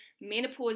menopause